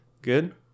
good